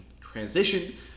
transition